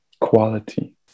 quality